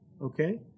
okay